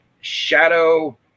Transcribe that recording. shadow